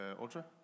Ultra